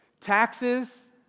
Taxes